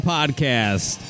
Podcast